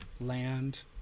land